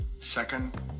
second